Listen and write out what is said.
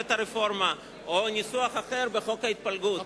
את הרפורמה או ניסוח אחר בחוק ההתפלגות כן היה מאפשר?